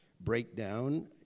breakdown